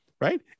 Right